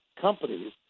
companies